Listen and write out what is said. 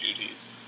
duties